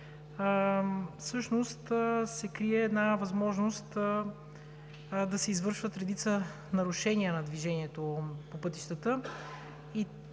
всъщност се крие една възможност да се извършват редица нарушения на движението по пътищата.